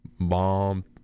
Bomb